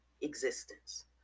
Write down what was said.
Existence